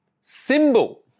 symbol